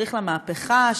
"המדריך למהפכה",